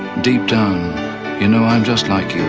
deep down you know i'm just like you